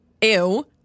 ew